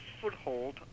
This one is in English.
foothold